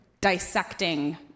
dissecting